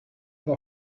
have